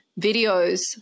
videos